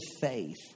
faith